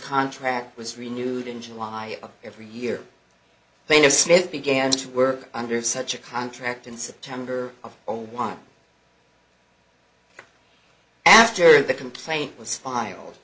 contract was renewed in july of every year plaintiff smith began to work under such a contract in september of one after the complaint was file